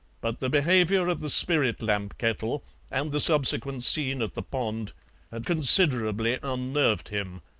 but the behaviour of the spirit-lamp kettle and the subsequent scene at the pond had considerably unnerved him.